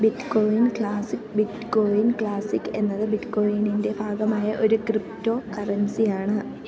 bitcoin Classic Bitcoin Classic എന്നത് ബിറ്റ്കോയിനിന്റെ ഭാഗമായ ഒരു ക്രിപ്റ്റോകറൻസിയാണ്